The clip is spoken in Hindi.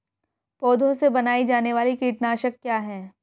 पौधों से बनाई जाने वाली कीटनाशक क्या है?